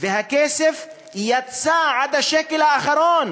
והכסף יצא עד השקל האחרון.